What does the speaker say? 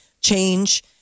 change